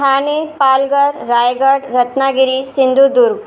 Thane Palghar Raigad Ratnagiri Sindhudurg